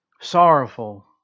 sorrowful